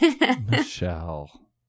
Michelle